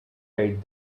right